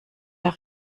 herr